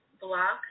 block